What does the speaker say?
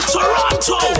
Toronto